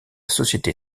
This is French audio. société